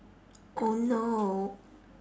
oh no